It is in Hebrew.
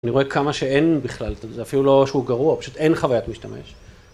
אני רואה כמה שאין בכלל, זה אפילו לא שהוא גרוע, פשוט אין חוויית להשתמש.